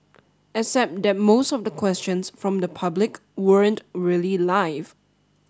except that most of the questions from the public weren't really live